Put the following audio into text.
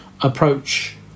approach